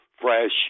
fresh